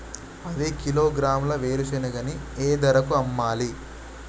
పది కిలోగ్రాముల వేరుశనగని ఏ ధరకు అమ్మాలి?